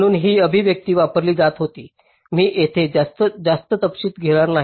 म्हणूनच ही अभिव्यक्ती वापरली जात होती मी येथे जास्त तपशील घेणार नाही